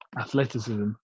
athleticism